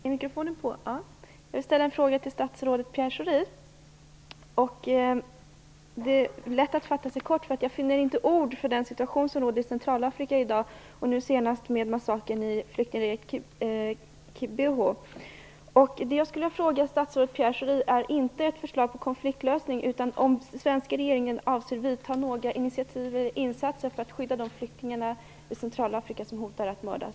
Fru talman! Jag vill ställa en fråga till statsrådet Pierre Schori. Det är lätt att fatta sig kort, eftersom jag inte finner ord för den situation som råder i Centralafrika i dag och nu senast med massakern i Kibeho. Vad jag vill fråga statsrådet Pierre Schori om gäller inte ett förslag till konfliktlösning, utan jag vill fråga om den svenska regeringen avser att ta några initiativ till insatser för att skydda de flyktingar i Centralafrika som hotas att mördas.